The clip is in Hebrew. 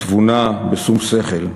בתבונה ובשום שכל,